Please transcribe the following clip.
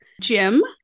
Jim